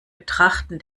betrachten